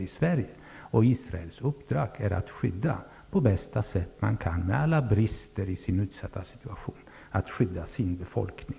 Israels uppdrag är att på bästa sätt, med alla brister i den utsatta situationen, skydda sin befolkning.